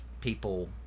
people